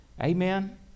Amen